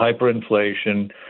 hyperinflation